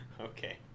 Okay